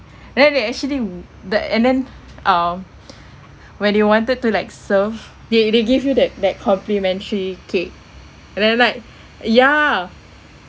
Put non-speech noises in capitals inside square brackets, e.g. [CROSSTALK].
then they actually w~ the and then uh [BREATH] when they wanted to like serve they they give you that that complimentary cake and then like ya